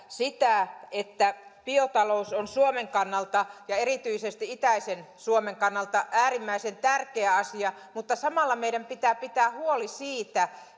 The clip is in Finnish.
sitä että biotalous on suomen kannalta ja erityisesti itäisen suomen kannalta äärimmäisen tärkeä asia mutta samalla meidän pitää pitää huoli siitä